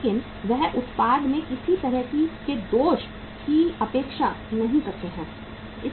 लेकिन वह उत्पाद में किसी भी तरह के दोष की अपेक्षा नहीं करता है